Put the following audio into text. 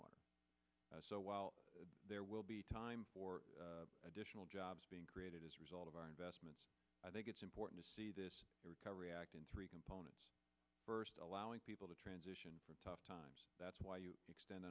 water so while there will be time for additional jobs being created as a result of our investments i think it's important to see this recovery act in three components first allowing people to transition from tough times that's why you extend